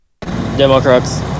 democrats